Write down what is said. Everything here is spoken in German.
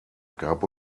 gab